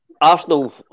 Arsenal